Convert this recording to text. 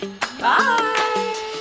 Bye